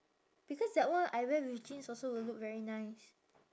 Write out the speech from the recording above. because that one I wear with jeans also will look very nice